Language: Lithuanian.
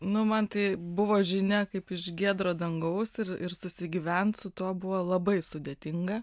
nu man tai buvo žinia kaip iš giedro dangaus ir ir susigyvent su tuo buvo labai sudėtinga